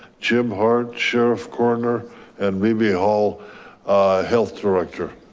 jim hart, sheriff corner and levy hall, health director.